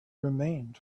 remained